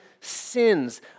sins